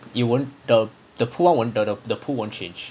you won't the the pool [one] the the pool won't change